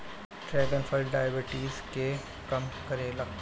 dragon फल diabetes के कम करेला